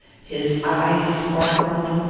his eyes sparkled,